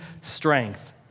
strength